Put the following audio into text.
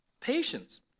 Patience